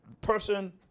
person